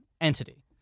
entity